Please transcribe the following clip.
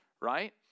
right